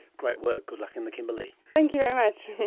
great work, good luck in the kimberley. thank you very much.